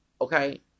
okay